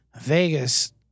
Vegas